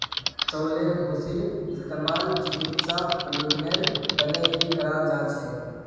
चउलेर भूसीर इस्तेमाल चिकित्सा प्रयोजनेर तने भी कराल जा छे